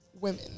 women